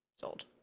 sold